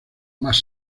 más